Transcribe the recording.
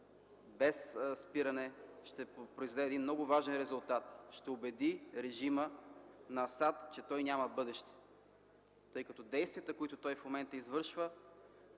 без спиране, ще произведе много важен резултат – ще убеди режима на Асад, че няма бъдеще. Действията, които той в момента извършва